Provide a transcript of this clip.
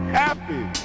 happy